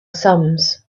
sums